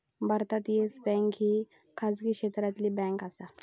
भारतात Yes Bank ही खाजगी क्षेत्रातली बँक आसा